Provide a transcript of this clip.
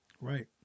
right